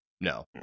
No